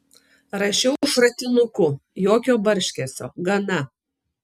rašiau šratinuku jokio barškesio gana